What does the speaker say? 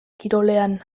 kirolean